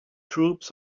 troops